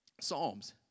psalms